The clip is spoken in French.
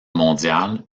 mondiale